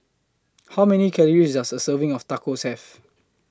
How Many Calories Does A Serving of Tacos Have